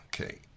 okay